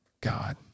God